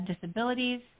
disabilities